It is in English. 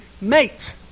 mate